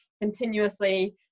continuously